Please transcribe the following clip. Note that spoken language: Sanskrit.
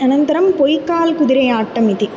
अनन्तरं पोयिक्काल् कुदिर्याट्टमिति